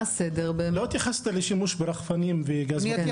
לא התייחסת לשימוש ברחפנים ובגז מדמיע.